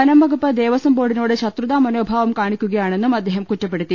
വനംവകുപ്പ് ദേവസം ബോർഡിനോട് ശത്രുതാ മനോ ഭാവം കാണിക്കുകയാണെന്നും അദ്ദേഹം കുറ്റപ്പെടുത്തി